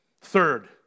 Third